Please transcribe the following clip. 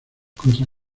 contra